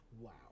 Wow